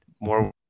more